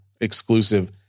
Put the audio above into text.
exclusive